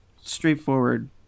straightforward